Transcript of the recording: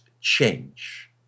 change